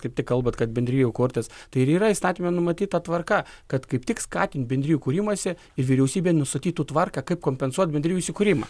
kaip tik kalbat kad bendrijų kurtis tai ir yra įstatyme numatyta tvarka kad kaip tik skatint bendrijų kūrimąsi ir vyriausybė nustatytų tvarką kaip kompensuot bendrijų įsikūrimą